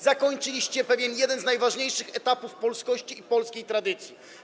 Zakończyliście jeden z najważniejszych etapów polskości i polskiej tradycji.